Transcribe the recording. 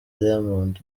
diamond